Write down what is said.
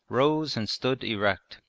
rose and stood erect.